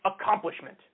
accomplishment